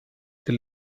they